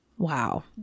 Wow